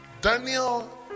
Daniel